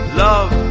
love